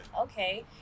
Okay